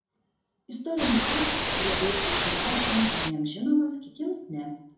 istorinis faktas kuriuo baigsiu šį rašinį vieniems žinomas kitiems ne